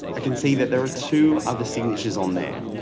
i can see that there are two other signatures on there,